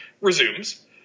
resumes